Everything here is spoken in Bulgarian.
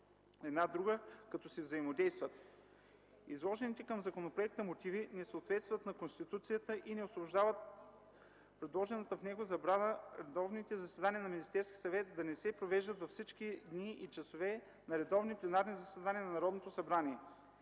една друга, като си взаимодействат.” Изложените към законопроекта мотиви не съответстват на Конституцията и не обосновават предложената в него забрана редовните заседания на Министерския съвет да не се провеждат във всички дни и часове на редовни пленарни заседания на Народното събрание.